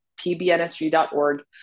pbnsg.org